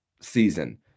season